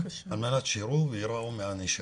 על מנת שיראו וייראו מהענישה.